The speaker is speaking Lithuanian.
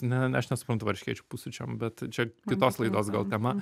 ne aš nesuprantu varškėčių pusryčiam bet čia kitos laidos gal tema